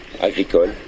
agricole